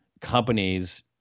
companies